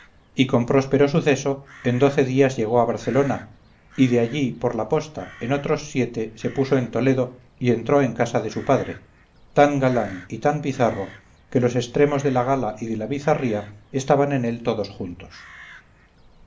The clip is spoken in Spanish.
y con próspero suceso en doce días llegó a barcelona y de allí por la posta en otros siete se puso en toledo y entró en casa de su padre tan galán y tan bizarro que los etremos de la gala y de la bizarría estaban en él todos juntos